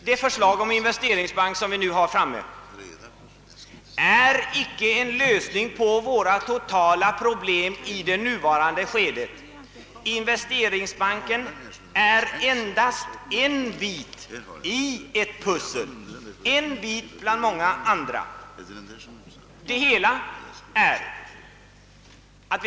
Det förslag om investeringsbank som nu dikuteras är inte någon lösning på våra totala problem i det nuvarande skedet. Investeringsbanken är endast en bit biand många andra i ett pussel.